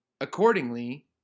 accordingly